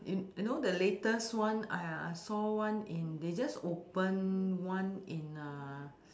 you you know the latest one !aiya! I saw one in they just open one in uh